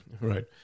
Right